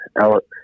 Alex